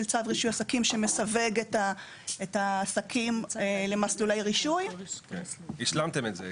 צו רישוי עסקים שמסווג את העסקים למסלולי רישוי -- השלמתם את זה.